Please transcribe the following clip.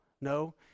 No